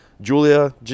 Julia